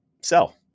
sell